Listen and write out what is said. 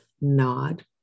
Nod